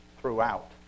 throughout